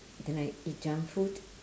then I eat junk food